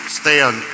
stand